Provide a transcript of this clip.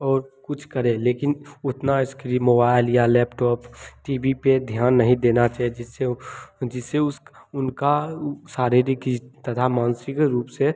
और कुछ करें लेकिन उतना स्क्रीन मोबाइल या लैपटॉप टी वी पर ध्यान नहीं देना चाहिए जिससे वह उसका उनका शारीरक तथा मानसिक रूप से